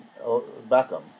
Beckham